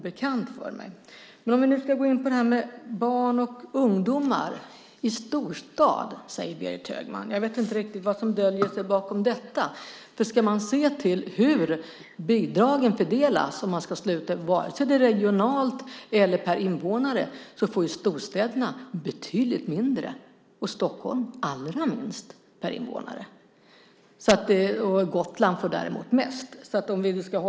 Berit Högman talar om barn och ungdomar i storstad. Jag vet inte vad som döljer sig bakom det. Om man ser på hur bidragen fördelas regionalt eller per invånare får storstäderna betydligt mindre - och Stockholm allra minst - per invånare. Gotland får mest.